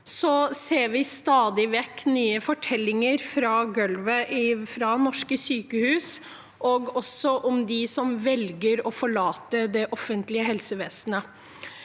ser vi stadig vekk nye fortellinger fra «gølvet» i norske sykehus, og også fra dem som velger å forlate det offentlige helsevesenet.